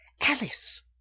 Alice